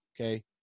Okay